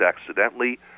accidentally